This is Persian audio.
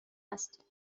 است